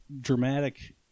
dramatic